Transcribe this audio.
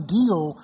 deal